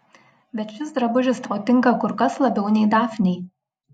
bet šis drabužis tau tinka kur kas labiau nei dafnei